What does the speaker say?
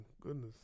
goodness